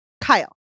Kyle